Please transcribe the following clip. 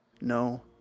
No